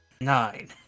Nine